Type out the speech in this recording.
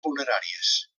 funeràries